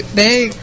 big